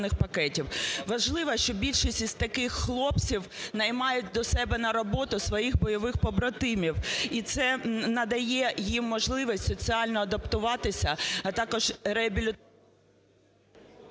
Важливо, що більшість із таких хлопців наймають до себе на роботу своїх бойових побратимів. І це надає їм можливості соціально адаптуватися, а також реабілітувати…